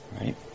right